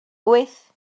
wyth